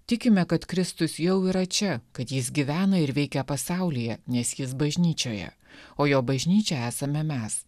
tikime kad kristus jau yra čia kad jis gyvena ir veikia pasaulyje nes jis bažnyčioje o jo bažnyčia esame mes